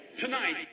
tonight